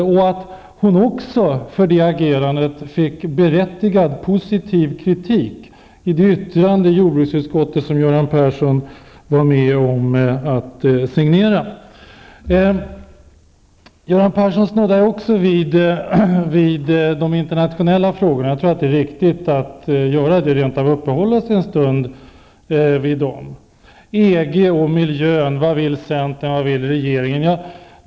Hon fick för det berättigad positiv kritik i det yttrande i jordbruksutskottet som Göran Persson var med om att signera. Göran Persson snuddar också vid de internationella frågorna -- det är riktigt att göra det: EG och miljön, vad centern vill, vad regeringen vill.